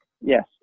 Yes